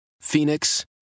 Phoenix